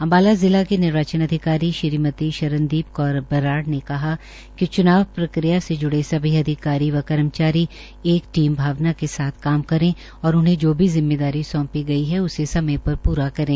अम्बाला जिला के निर्वाचन अधिकारी श्रीमती शरणदीप कौर बराड़ ने कहा कि च्नाव प्रक्रिया से जुड़े सभी अधिकारी व कर्मचारी एक टीम भावना के साथ काम करें और उन्हें जो भी जिम्मेदारी सौंपी गई है उसे समय पर पूरा करें